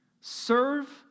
Serve